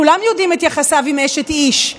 כולם יודעים את יחסיו עם אשת איש,